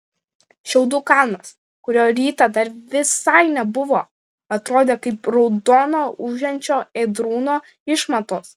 šiaudų kalnas kurio rytą dar visai nebuvo atrodė kaip raudono ūžiančio ėdrūno išmatos